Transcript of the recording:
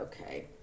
okay